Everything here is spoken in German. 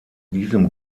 diesem